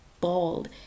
bald